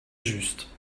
juste